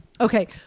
Okay